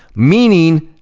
meaning,